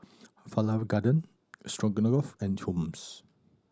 Falafel Garden Stroganoff and Hummus